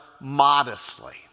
modestly